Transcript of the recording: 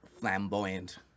flamboyant